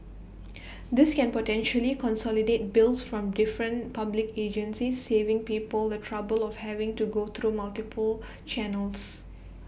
this can potentially consolidate bills from different public agencies saving people the trouble of having to go through multiple channels